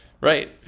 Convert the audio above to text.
right